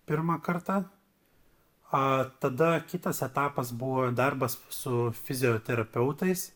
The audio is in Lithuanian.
pirmą kartą a tada kitas etapas buvo darbas su fizioterapeutais